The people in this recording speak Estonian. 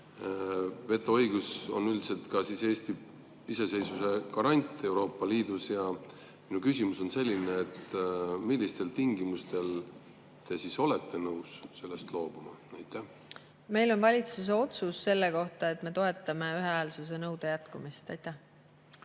Vetoõigus on üldiselt ka Eesti iseseisvuse garant Euroopa Liidus. Minu küsimus on selline: millistel tingimustel te siis olete nõus sellest loobuma? Meil on valitsuse otsus selle kohta, et me toetame ühehäälsuse nõude jätkumist. Meil